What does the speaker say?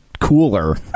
cooler